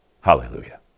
Hallelujah